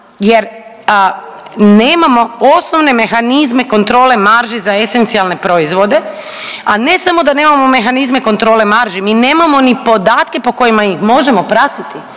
jer nemamo osnovne mehanizme kontrole marže za esencijalne proizvode, a ne samo da nemamo mehanizme kontrole marži mi nemamo ni podatke po kojima ih možemo pratiti,